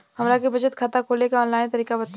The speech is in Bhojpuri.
हमरा के बचत खाता खोले के आन लाइन तरीका बताईं?